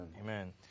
Amen